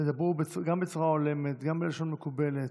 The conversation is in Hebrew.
תדברו גם בצורה הולמת, גם בלשון מקובלת,